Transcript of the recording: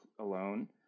alone